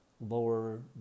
lower